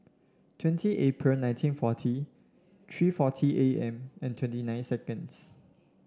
twenty April nineteen forty three forty A M and twenty nine seconds